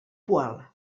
poal